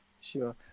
sure